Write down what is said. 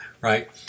right